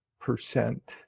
percent